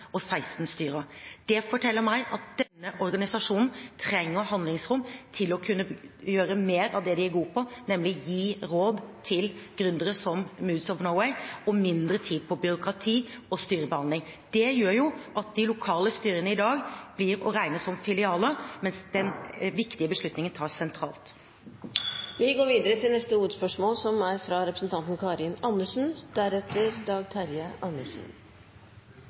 og 16 styrer. Det forteller meg at denne organisasjonen trenger handlingsrom til å kunne gjøre mer av det den er god på, nemlig gi råd til gründere, som med gründerne av Moods of Norway, og bruke mindre tid på byråkrati og styrebehandling. Det gjør at de lokale styrene i dag blir å regne som filialer, mens viktige beslutninger tas sentralt. Vi går videre til neste hovedspørsmål.